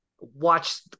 Watch